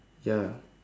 ya